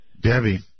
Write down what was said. Debbie